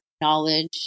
knowledge